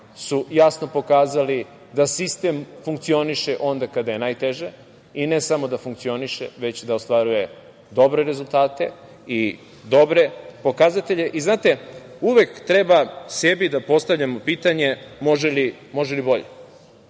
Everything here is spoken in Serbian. su jasno pokazali da sistem funkcioniše onda kada je najteže, i ne samo da funkcioniše, već da ostvaruje dobre rezultate i dobre pokazatelje. Znate, uvek treba sebi da postavljamo pitanje može li bolje,